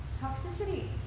Toxicity